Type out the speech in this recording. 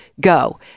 Go